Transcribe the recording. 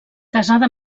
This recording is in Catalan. casada